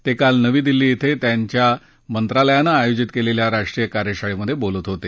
ते काल नवी दिल्ली क्रे त्यांच्या मंत्रालयानं आयोजित केलेल्या राष्ट्रीय कार्यशाळेत बोलत होते